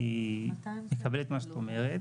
אני מקבל את מה שאת אומרת.